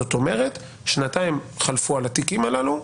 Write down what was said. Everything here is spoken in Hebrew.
זאת אומרת, שנתיים חלפו על התיקים הללו,